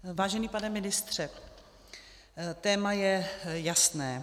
Vážený pane ministře, téma je jasné.